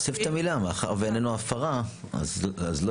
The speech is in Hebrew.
נוסיף את המילה 'מאחר ואיננו הפרה אז לא